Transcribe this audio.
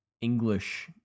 English